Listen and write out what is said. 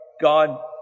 God